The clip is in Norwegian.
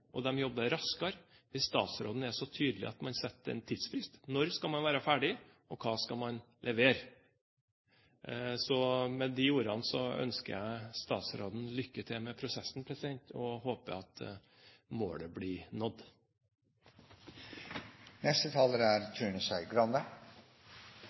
og raskere hvis statsråden er så tydelig at man setter en tidsfrist for når man skal være ferdig, og hva man skal levere. Med de ordene ønsker jeg statsråden lykke til med prosessen, og håper at målet blir